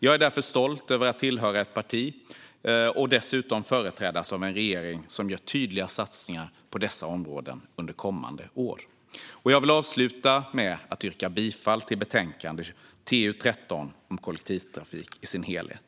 Jag är därför stolt över att tillhöra ett parti och dessutom företrädas av en regering som gör tydliga satsningar på dessa områden under kommande år. Jag vill avsluta med att yrka bifall till utskottets förslag i betänkande TU13 om kollektivtrafik i dess helhet.